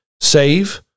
save